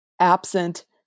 absent